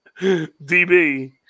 DB